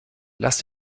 lass